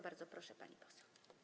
Bardzo proszę, pani poseł.